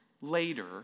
later